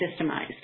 systemized